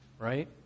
right